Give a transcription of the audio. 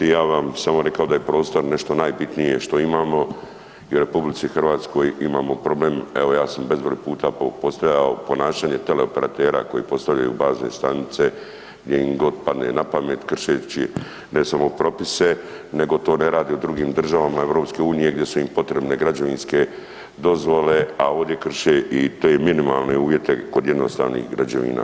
Ja bi vam samo rekao da je prostor nešto najbitnije što imamo jer u RH imamo problem, evo ja sam bezbroj puta postavljao ponašanje teleoperatera koji postavljaju bazne stanice gdje im god padne na pamet kršeći ne samo propise nego to ne rade u drugim državama EU-a gdje su im potrebne građevinske dozvole a ovdje krše i te minimalne uvjete kod jednostavnih građevina.